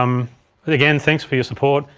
um again, thanks for your support.